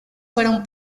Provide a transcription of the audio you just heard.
fueron